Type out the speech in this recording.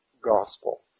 gospel